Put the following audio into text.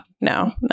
No